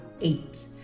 eight